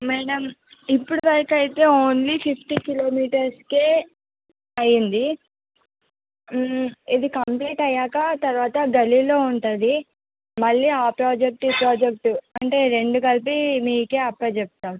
madam ఇప్పుడు దాక అయితే ఓన్లీ ఫిఫ్టీన్ కిలోమీటర్స్కే అయ్యింది ఇది కంప్లీట్ అయ్యాక తర్వాత గల్లీలో ఉంటుంది మళ్ళీ ఆ ప్రాజెక్ట్ ఈ ప్రాజెక్ట్ అంటే రెండు కలిపి మీకే అప్పజెప్తాము